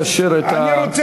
היושב-ראש לא מאשר את התשובה,